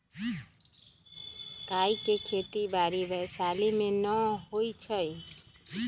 काइ के खेति बाड़ी वैशाली में नऽ होइ छइ